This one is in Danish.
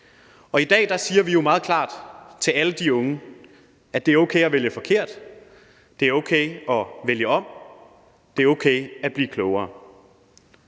I dag siger vi meget klart til alle de unge, at det er okay at vælge forkert, det er okay at vælge om, det er okay at blive klogere.